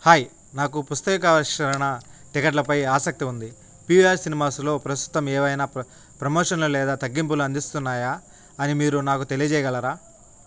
hi నాకు పుస్తకావిష్కరణ టికెట్లపై ఆసక్తి ఉంది పివిఆర్ సినిమాస్లో ప్రస్తుతం ఏవైనా ప్ర ప్రమోషన్లు లేదా తగ్గింపులు అందిస్తున్నాయా అని మీరు నాకు తెలియజేయగలరా